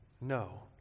No